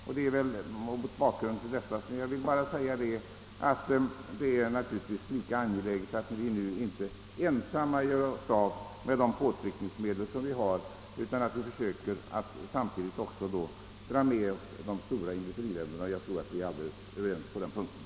Sett mot denna bakgrund är det naturligtvis nu lika angeläget att vi inte ensamma gör oss av med de påtryckningsmedel vi har, utan vi bör försöka att samtidigt dra med oss de stora industriländerna. På den punkten tror jag att vi är helt överens.